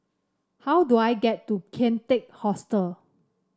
how do I get to Kian Teck Hostel